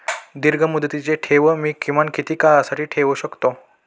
दीर्घमुदतीचे ठेव मी किमान किती काळासाठी ठेवू शकतो?